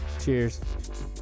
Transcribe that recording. Cheers